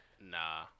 Nah